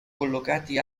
collocati